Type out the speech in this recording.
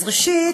ראשית,